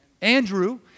Andrew